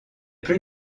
plus